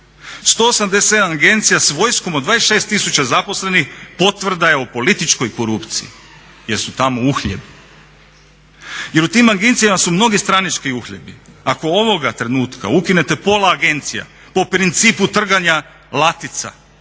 187 agencija s vojskom od 26 000 zaposlenih potvrda je o političkoj korupciji jer su tamo uhljebi, jer u tim agencijama su mnogi stranački uhljebi. Ako ovoga trenutka ukinete pola agencija po principu trganja latica